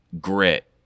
grit